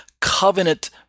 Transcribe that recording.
covenant